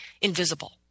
invisible